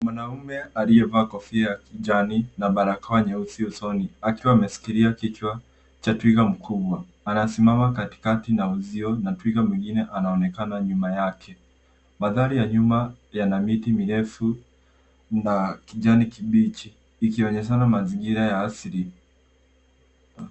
Mwanaume aliyevaa kofia ya kijani na barakoa nyeusi usoni akiwa ameshikilia kichwa cha twiga mkubwa. Anasimama katikati na uzio na twiga mwingine anaonekana nyuma yake. Mandhari ya nyuma yana miti mirefu na kijani kibichi ikionyeshana mazingira ya asili.